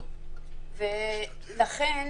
לכן